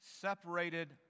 separated